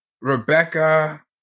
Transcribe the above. Rebecca